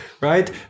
right